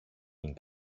μην